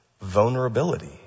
vulnerability